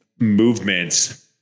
movements